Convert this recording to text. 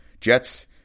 Jets